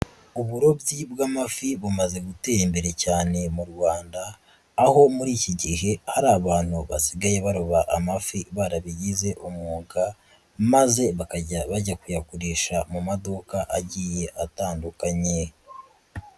Uburobyi bw'amafi bumaze gutera imbere cyane mu Rwanda aho muri iki gihe hari abantu basigaye baroba amafi barabigize umwuga, maze bakajya bajya kuyagurisha mu maduka agiye atandukanye.